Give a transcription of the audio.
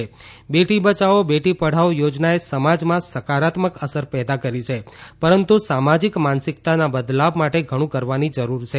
બેટી બયાવો બેટી પઢાઓ યોજનાએ સમાજમાં સકારાત્મક અસર પેદા કરી છે પરંતુ સામાજીક માનસિકતાના બદલાવ માટે ઘણું કરવાની જરૂર છે